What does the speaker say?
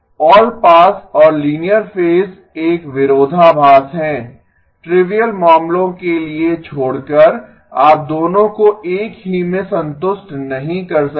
all pass और linear phase एक विरोधाभास है ट्रिविअल मामलों के लिए छोड़कर आप दोनों को एक ही में संतुष्ट नहीं कर सकते